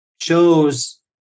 shows